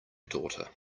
daughter